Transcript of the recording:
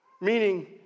meaning